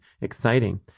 Exciting